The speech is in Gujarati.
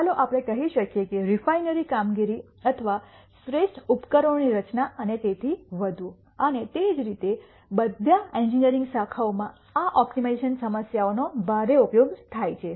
ચાલો આપણે કહી શકીએ કે રિફાઇનરી કામગીરી અથવા શ્રેષ્ઠ ઉપકરણોની રચના અને તેથી વધુ અને તે જ રીતે બધા એન્જિનિયરિંગ શાખાઓમાં આ ઓપ્ટિમાઇઝેશન સમસ્યાઓનો ભારે ઉપયોગ થાય છે